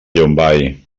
llombai